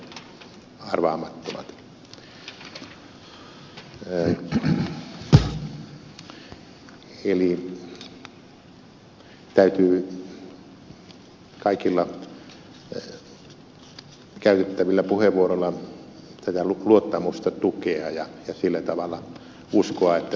eli täytyy kaikilla käytettävillä puheenvuoroilla tätä luottamusta tukea ja sillä tavalla uskoa että tästä selviydytään